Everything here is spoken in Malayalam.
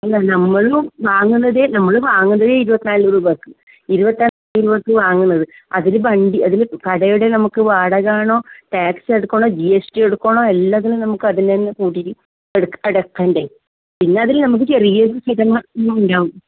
അല്ല അല്ല നമ്മൾ വാങ്ങുന്നതെ നമ്മൾ വാങ്ങുന്നത് ഇരുപത്തി നാലു രൂപക്ക് ഇരുപത്തി നാലു രൂപക്ക് വാങ്ങുന്നത് അതിൽ വണ്ടി അതിൽ കടയുടെ നമ്മൾക്ക് വാടക വേണം റ്റാക്സ് എടുക്കണം ജിഎസ്റ്റി എടുക്കണം എല്ലാത്തിനും നമ്മുക്ക് അതിൽ തന്നെ കൂട്ടിയിട്ട് അടക്കേണ്ടേ പിന്നെ അതിൽ നമ്മൾക്ക് ചെറിയ ഒരു ഉണ്ടാകും